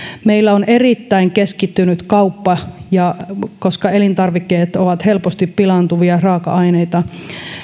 meillä on erittäin keskittynyt kauppa ja koska elintarvikkeet ovat helposti pilaantuvia raaka aineita